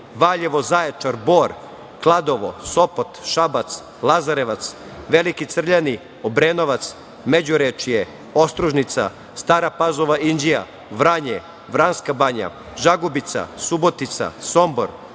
Valjevo, Zaječar, Bor, Kladovo, Sopot, Šabac, Lazarevac, Veliki Crljani, Obrenovac, Međurečje, Ostružnica, Stara Pazova, Inđija, Vranje, Vranjska Banja, Žagubica, Subotica, Sombor,